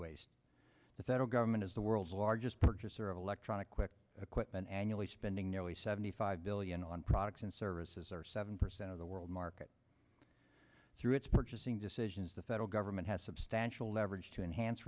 waste the federal government as the world's largest purchaser of electronic quick equipment annually spending nearly seventy five billion on products and services or seven percent of the world market through its purchasing decisions the federal government has substantial leverage to enhance